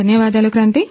ధన్యవాదాలు క్రాంతి